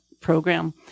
program